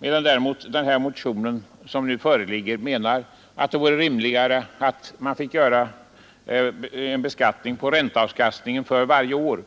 I den motion som väckts i detta ärende menar man däremot att det vore rimligare om skogsägarna fick ta upp ränteavkastningen till beskattning varje år